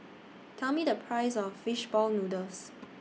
Tell Me The Price of Fish Ball Noodles